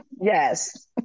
yes